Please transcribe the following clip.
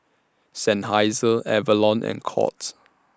Seinheiser Avalon and Courts